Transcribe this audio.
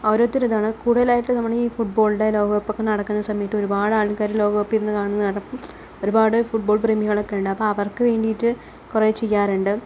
ഓരോരുത്തരുടെ ഇതാണ് കൂടുതലായിട്ട് നമ്മളീ ഫുട്ബോളിൻ്റെ ലോകകപ്പൊക്കെ നടക്കുന്ന സമയത്ത് ഒരുപാടാള്ക്കാര് ലോകകപ്പിരുന്ന് കാണുന്നതാണ് ഒരുപാട് ഫുട്ബോള് പ്രേമികളൊക്കെ ഉണ്ട് അപ്പോൾ അവര്ക്ക് വേണ്ടിയിട്ട് കുറേ ചെയ്യാറുണ്ട്